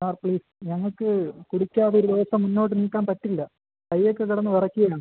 sir please ഞങ്ങൾക്ക് കുടിക്കാതൊരു ദിവസം മുന്നോട്ട് നീക്കാൻ പറ്റില്ല കയ്യൊക്കെ കിടന്ന് വിറക്കയാണ്